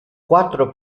quattro